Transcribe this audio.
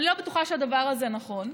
אני לא בטוחה שהדבר הזה נכון,